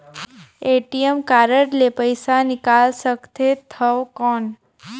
ATM card ले पइसा निकाल सकथे थव कौन?